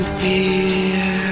fear